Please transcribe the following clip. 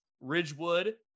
Ridgewood